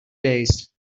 days